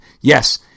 yes